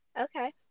Okay